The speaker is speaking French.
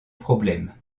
problème